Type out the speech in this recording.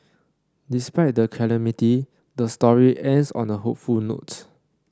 despite the calamity the story ends on a hopeful note